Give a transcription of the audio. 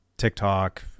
tiktok